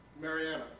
Mariana